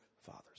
fathers